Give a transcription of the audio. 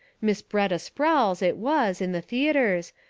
miss b'retta sprowls, it was, in the theatres,